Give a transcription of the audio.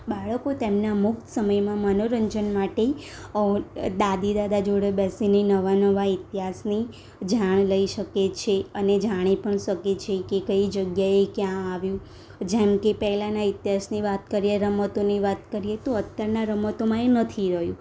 બાળકો તેમના મુક્ત સમયમાં મનોરંજન માટે દાદી દાદા જોડે બેસીને નવા નવા ઇતિહાસની જાણ લઈ શકે છે અને જાણી પણ શકે છે કે કઈ જગ્યાએ ક્યાં આવ્યું જેમ કે પહેલાંના ઇતિહાસની વાત કરીએ રમતોની વાત કરીએ તો અત્યારના રમતોમાં એ નથી રહ્યું